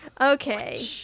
Okay